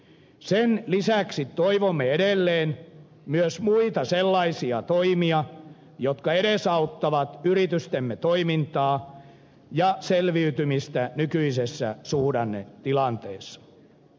sen lisäksi toivomme edelleen myös muita sellaisia toimia jotka edesauttavat yritystemme toimintaa ja selviytymistä nykyisessä suhdannetilanteessa